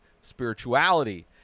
spirituality